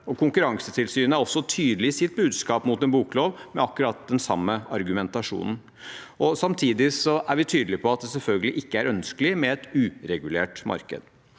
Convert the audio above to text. Konkurransetilsynet er også tydelig i sitt budskap mot en boklov, med akkurat den samme argumentasjonen. Samtidig er vi tydelig på at det selvfølgelig ikke er ønskelig med et uregulert marked.